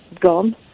gone